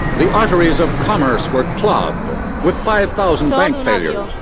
the arteries of commerce were clogged but with five thousand bank failures,